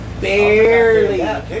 barely